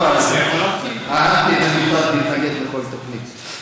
אהבתי שהוא מתנגד לכל תוכנית.